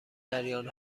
جریان